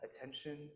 attention